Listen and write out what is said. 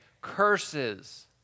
curses